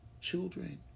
children